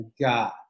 God